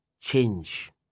change